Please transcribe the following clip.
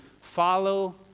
follow